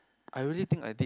I really think I did